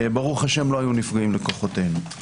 ב"ה לא היו נפגעים לכוחותינו.